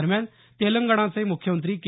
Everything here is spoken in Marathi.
दरम्यान तेलगंणाचे मुख्यमंत्री के